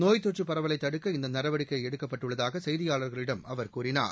நோயத் தொற்றுப் பரவலை தடுக்க இந்த நடவடிக்கை எடுக்கப்பட்டுள்ளதாக செய்தியாளர்களடம் அவர் கூறினார்